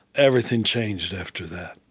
everything changed after that